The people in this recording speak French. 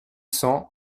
cent